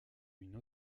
une